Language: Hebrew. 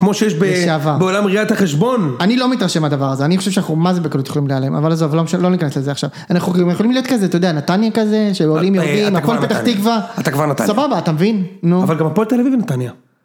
כמו שיש בעולם ראיית החשבון. אני לא מתרשם מהדבר הזה, אני חושב שאנחנו מזה בקלות יכולים להיעלם, אבל עזוב, לא ניכנס לזה עכשיו. אנחנו יכולים להיות כזה, אתה יודע, נתניה כזה, שעולים, יורדים, הפועל פתח תקווה. אתה כבר נתניה. סבבה, אתה מבין? אבל גם הפועל תל אביב הם נתניה.